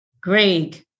Greg